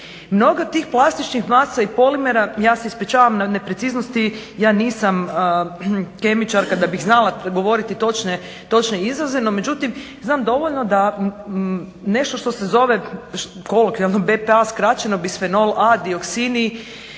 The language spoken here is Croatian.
Mnoge od tih plastičnih masa i polimera, ja se ispričavam na nepreciznosti, ja nisam kemičarka da bi znala govoriti točne izraze, no međutim, znam dovoljno da nešto što se zove kolokvijalno bpa skraćeno bisfenol a, dioksini,